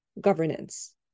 governance